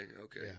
okay